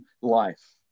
life